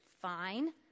Fine